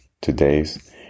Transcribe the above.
today's